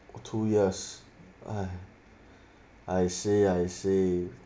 two years !ai! I see I see